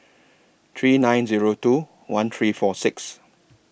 three nine Zero two one three four six